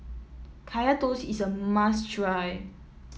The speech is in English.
Kaya Toast is a must try